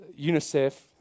UNICEF